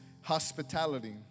hospitality